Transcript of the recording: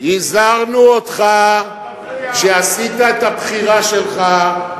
שהיא זאת, הזהרנו אותך כשעשית את הבחירה שלך,